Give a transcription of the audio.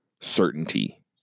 certainty